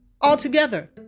altogether